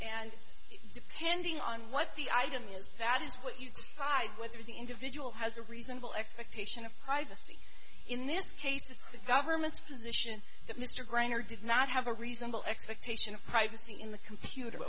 and depending on what the item is that is what you decide whether the individual has a reasonable expectation of privacy in this case it's the government's position that mr graner did not have a reasonable expectation of privacy in the computer